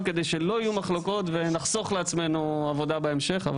כדי שלא יהיו מחלוקות ונחסוך לעצמנו עבודה בהמשך.